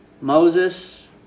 Moses